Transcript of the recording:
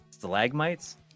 Stalagmites